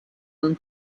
non